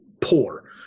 poor